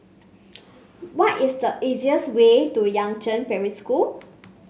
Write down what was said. what is the easiest way to Yangzheng Primary School